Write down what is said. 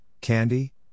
candy